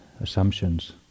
assumptions